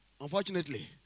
Unfortunately